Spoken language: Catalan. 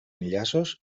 enllaços